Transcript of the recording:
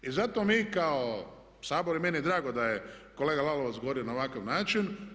I zato mi kao Sabor i meni je drago da je kolega Lalovac govorio na ovakav način.